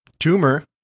Tumor